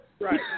Right